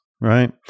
right